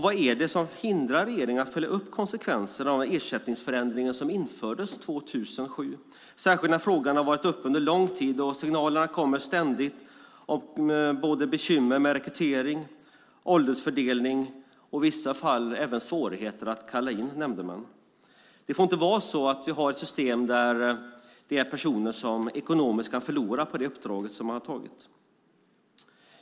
Vad är det som hindrar regeringen att följa upp konsekvenserna av ersättningsförändringen 2007, särskilt som frågan under lång tid har varit uppe och det ständigt kommer signaler om bekymmer med rekryteringen, om åldersfördelning och i vissa fall även om svårigheter att kalla in nämndemän? Det får inte vara så att vi har ett sådant system att personer ekonomiskt kan förlora på det uppdrag som de tagit.